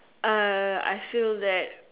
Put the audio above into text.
uh I feel that